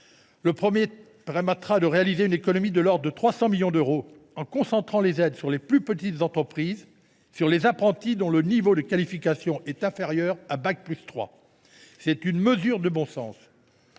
ces amendements vise à réaliser une économie de l’ordre de 300 millions d’euros, en concentrant les aides sur les plus petites entreprises et sur les apprentis dont le niveau de qualification est inférieur à bac+3 ; c’est une mesure de bon sens.